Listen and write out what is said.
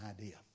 idea